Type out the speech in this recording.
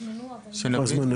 הוזמנו אבל --- הוזמנו.